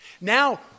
now